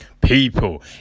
People